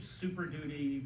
super-duty